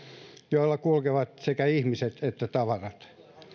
joilla kulkevat sekä ihmiset että tavarat